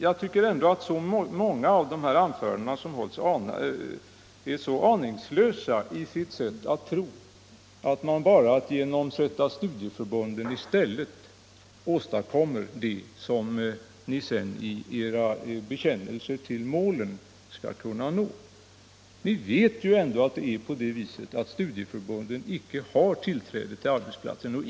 Jag tycker att många av de anföranden som hållits vittnar om en aningslös tro på att man bara genom att sätta studieförbunden i stället för de fackliga organisationerna skall kunna nå det mål som man bekänner sig till. Vi vet ju att studieförbunden icke har tillträde till arbetsplatserna.